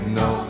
no